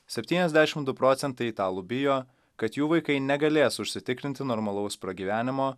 septyniasdešim du procentai italų bijo kad jų vaikai negalės užsitikrinti normalaus pragyvenimo